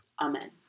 Amen